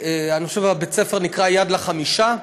אני חושב שבית-הספר נקרא "יד לחמישה".